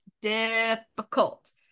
difficult